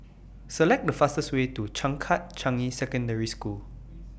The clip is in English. Select The fastest Way to Changkat Changi Secondary School